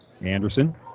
Anderson